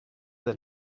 del